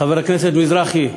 חבר הכנסת מזרחי,